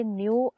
new